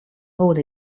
hole